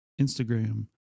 Instagram